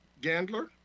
Gandler